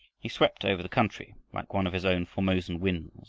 he swept over the country like one of his own formosan winds,